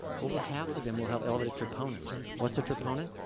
over half of them will have elevated troponins. what's a troponin?